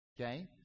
Okay